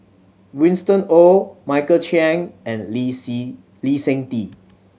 Winston Oh Michael Chiang and Lee Lee Seng Tee